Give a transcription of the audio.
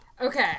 Okay